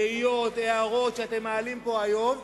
תהיות, הערות שאתם מעלים פה היום,